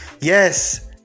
yes